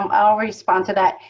um i'll respond to that.